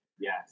Yes